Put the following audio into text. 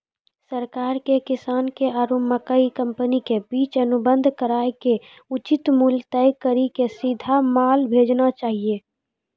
सरकार के किसान आरु मकई कंपनी के बीच अनुबंध कराय के उचित मूल्य तय कड़ी के सीधा माल भेजना चाहिए?